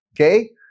Okay